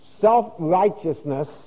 self-righteousness